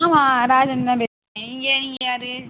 Sooka Rajan தான் பேசுகிறேன் நீங்கள் நீங்கள் யார்